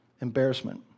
embarrassment